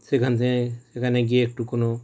সেখান থেকে সেখানে গিয়ে একটু কোনো